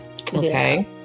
Okay